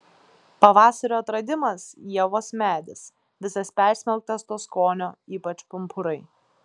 pavasario atradimas ievos medis visas persmelktas to skonio ypač pumpurai